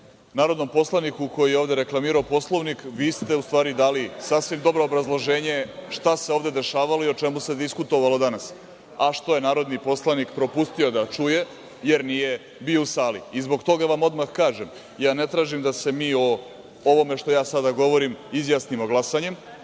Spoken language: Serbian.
narodnom poslaniku koji je ovde reklamirao Poslovnik. Vi ste u stvari dali sasvim dobro obrazloženje šta se ovde dešavalo i o čemu se diskutovalo danas, a što je narodni poslanik propustio da čuje jer nije bio u sali. Zbog toga vam odmah kažem, ja ne tražim da se mi o ovom što ja ovde sada govorim izjasnimo glasanjem. Ja